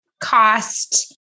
cost